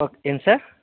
ఏం సార్